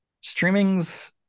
Streaming's